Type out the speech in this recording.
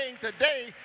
today